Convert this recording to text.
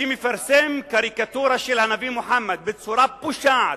שמפרסם קריקטורה של הנביא מוחמד בצורה פושעת,